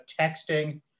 texting